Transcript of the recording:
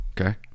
okay